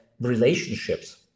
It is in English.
relationships